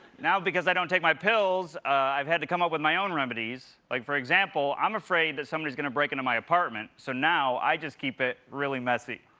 now because i don't take my pills, i've had to come up with my own remedies. like, for example, i'm afraid that somebody's going to break into my apartment, so now i just keep it really messy,